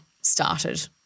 started